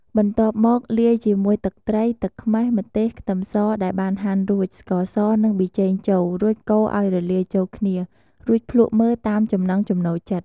បន្ទាប់មក លាយជាមួយទឹកត្រី ទឹកខ្មេះ ម្ទេស ខ្ទឹមសដែលបានហាន់រួច ស្ករស និងប៊ីចេងចូល រួចកូរឱ្យរលាយចូលគ្នា រួចភ្លក់មើលតាមចំណង់ចំណូលចិត្ត។